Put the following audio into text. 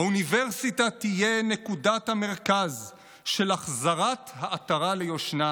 "האוניברסיטה תהיה נקודת המרכז של החזרת העטרה ליושנה